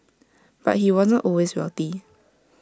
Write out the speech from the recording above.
but he wasn't always wealthy